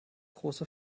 große